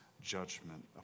judgment